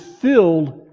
filled